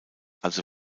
also